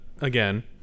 again